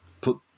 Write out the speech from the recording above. put